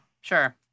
Sure